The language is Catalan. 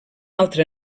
altra